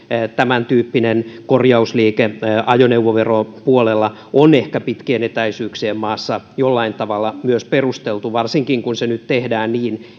tämäntyyppinen korjausliike ajoneuvoveron puolella on ehkä pitkien etäisyyksien maassa jollain tavalla myös perusteltu varsinkin kun se nyt tehdään niin